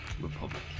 Republic